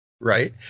right